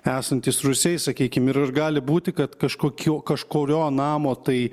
esantys rūsiai sakykim ir ar gali būti kad kažkokiu kažkurio namo tai